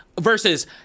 Versus